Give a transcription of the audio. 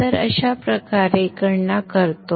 तर आपण अशा प्रकारे गणना करतो